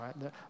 right